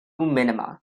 minima